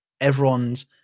everyone's